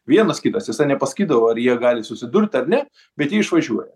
vienas kitas jisai nepasakydavo ar jie gali susidurt ar ne bet jie išvažiuoja